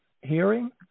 hearing